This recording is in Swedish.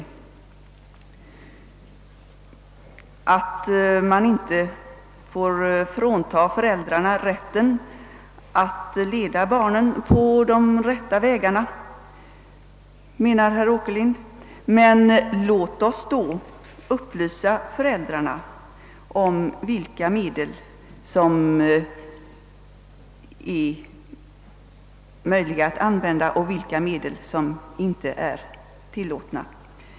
Herr Åkerlind menar att man inte får frånta föräldrarna rätten att leda barnen på de rätta vägarna. Men låt oss då upplysa föräldrarna: om vilka medel som är möj liga att använda och vilka medel som inte är tillåtna.